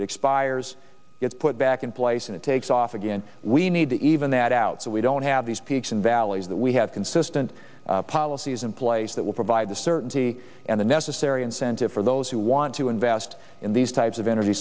expires it's put back in place and it takes off again we need to even that out so we don't have these peaks and valleys that we have consistent policies in place that will provide the certainty and the necessary incentive for those who want to invest in these types of energy